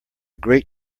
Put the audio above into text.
great